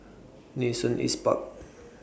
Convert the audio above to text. Nee Soon East Park